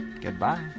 Goodbye